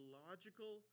logical